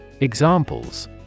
Examples